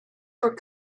were